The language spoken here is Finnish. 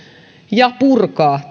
ja purkaa